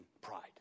pride